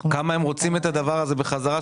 ראית כמה הם רוצים את הדבר הזה בחזרה?